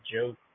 joke